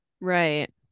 right